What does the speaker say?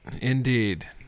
indeed